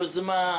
יוזמה,